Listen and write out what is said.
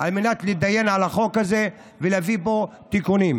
על מנת להתדיין על החוק הזה ולהביא בו תיקונים.